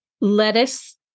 Lettuce